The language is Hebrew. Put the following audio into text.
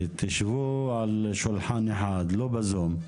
תשבו על שולחן אחד, לא בזום.